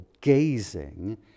gazing